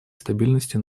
стабильности